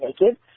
naked